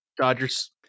Dodgers